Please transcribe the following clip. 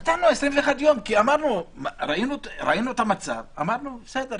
נתנו 21 יום, כי ראינו את המצב, אמרנו: בסדר.